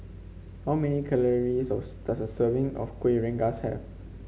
how many calories of does a serving of Kuih Rengas have